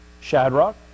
Shadrach